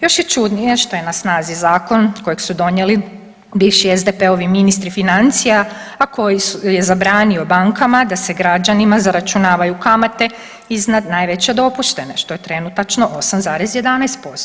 Još je čudnije što je na snazi zakon koji su donijeli bivši SDP-ovi ministri financija, a koji je zabranio bankama da se građanima zaračunavaju kamate iznad najveće dopuštene što je trenutačno 8,11%